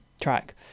track